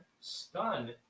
Stun